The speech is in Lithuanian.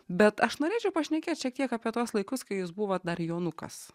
bet aš norėčiau pašnekėt šiek tiek apie tuos laikus kai jūs buvot dar jonukas